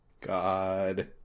God